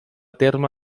terme